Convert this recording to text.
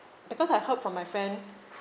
because I heard from my friend